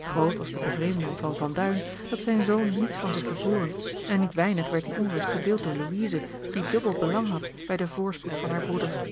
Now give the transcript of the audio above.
groot was de bevreemding van van duin dat zijn zoon niets van zich liet hooren en niet weinig werd die onrust gedeeld door louise die dubbel belang had bij den voorspoed van haren broeder